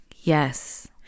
Yes